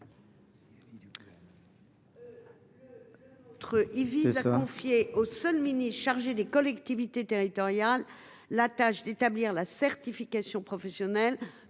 il vise à confier au seul ministre chargé des collectivités territoriales la tâche d’établir la certification professionnelle